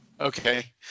okay